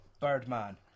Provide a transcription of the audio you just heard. Birdman